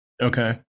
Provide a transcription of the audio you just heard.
Okay